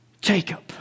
Jacob